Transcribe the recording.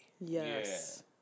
Yes